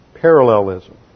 Parallelism